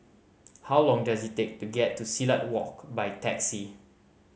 how long does it take to get to Silat Walk by taxi